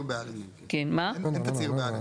אין תצהיר ב-א'.